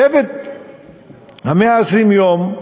"צוות 120 הימים"